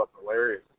hilarious